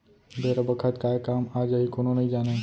बेरा बखत काय काम आ जाही कोनो नइ जानय